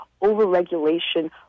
over-regulation